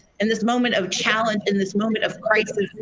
and this moment of challenge and this moment of crisis,